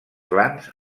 glans